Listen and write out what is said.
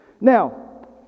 now